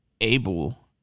able